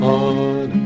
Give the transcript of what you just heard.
on